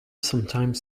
sometimes